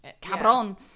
Cabron